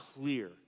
clear